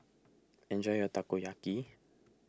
enjoy your Takoyaki